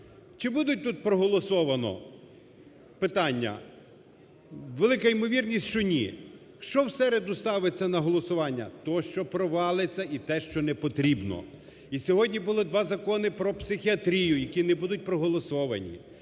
Чи буде тут проголосоване питання? Велика ймовірність, що ні. Що в середу ставиться на голосування? Те, що провалиться і те, що не потрібно. І сьогодні було два закони про психіатрію, які не будуть проголосовані.